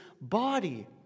body